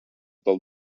del